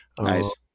Nice